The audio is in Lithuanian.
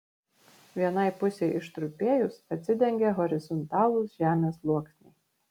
vienai pusei ištrupėjus atsidengė horizontalūs žemės sluoksniai